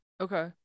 Okay